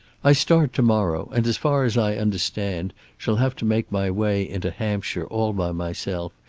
i start to-morrow, and as far as i understand, shall have to make my way into hampshire all by myself,